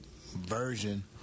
version